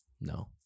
No